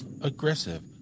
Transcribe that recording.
aggressive